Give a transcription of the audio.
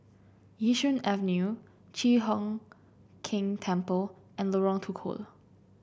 Yishun Avenue Chi Hock Keng Temple and Lorong Tukol